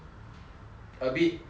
a bit interesting